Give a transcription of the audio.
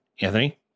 Anthony